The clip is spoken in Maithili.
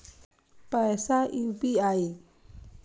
पैसा यू.पी.आई?